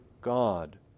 God